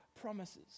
promises